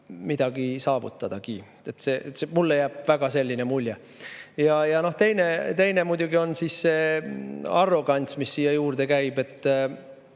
midagi saavutadagi. Mulle jääb väga selline mulje. Ja teine muidugi on see arrogants, mis siia juurde käib.